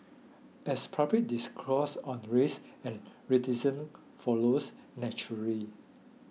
as public discourse on race and racism follows naturally